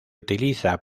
utiliza